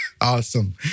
Awesome